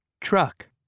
truck